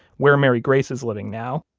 where mary grace is living now,